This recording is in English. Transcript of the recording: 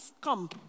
come